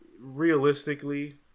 realistically